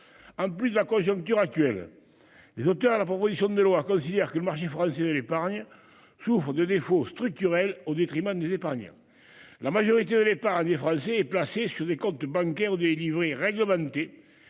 Un plus de la conjoncture actuelle. Les auteurs de la proposition de loi considère que le marché français de l'épargne souffrent de défauts structurels au détriment des épargnants. La majorité de l'épargne des Français et placé sur des comptes bancaires des livrets réglementés,